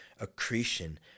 accretion